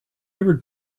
ever